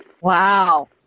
Wow